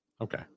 Okay